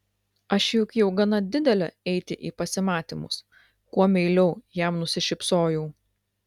aš juk jau gana didelė eiti į pasimatymus kuo meiliau jam nusišypsojau